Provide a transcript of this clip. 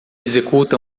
executa